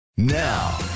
Now